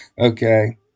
Okay